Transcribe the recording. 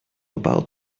about